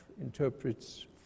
interprets